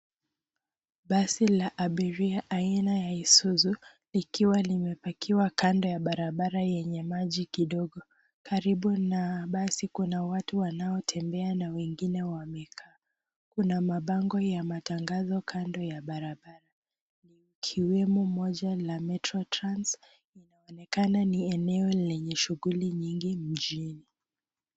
Basi la abiria aina ya Isuzu ikiwa limepakiwa kando ya barabara yenye maji kidogo. Karibu na basi kuna watu wanaotembea na wengine wamekaa. Kuna mabango ya matangazo kando ya barabara ikiwemo moja la Metro Trans. Inaonekana ni eneo lenye shughuli nyingi mjini.